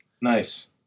Nice